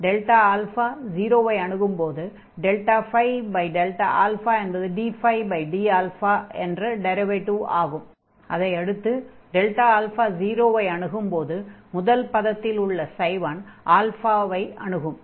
α 0 ஐ அணுகும்போது என்பது dd என்ற டிரைவேடிவ் ஆகும் அதையடுத்து α 0 ஐ அணுகும்போது முதல் பதத்தில் உள்ள 1 ஐ அணுகும்